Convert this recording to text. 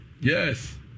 Yes